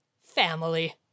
Family